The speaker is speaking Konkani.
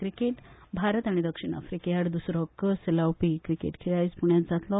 क्रिकेट भारत आनी दक्षिण अफ्रिके आड दुसरो कस लावपी क्रिकेट खेळ आयज पुण्यात जातलो